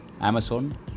Amazon